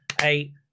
eight